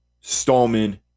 Stallman